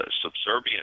subservient